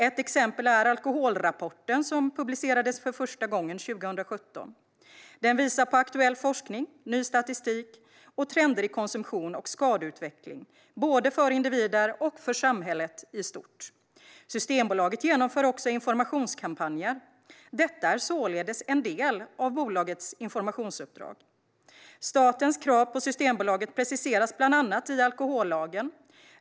Ett exempel är Alkoholrapporten, som publicerades för första gången 2017. Den visar på aktuell forskning, ny statistik och trender i konsumtion och skadeutveckling, både för individer och för samhället i stort. Systembolaget genomför också informationskampanjer. Detta är således en del av bolagets informationsuppdrag. Statens krav på Systembolaget preciseras bland annat i alkohollagen.